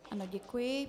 Ano, děkuji.